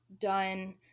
done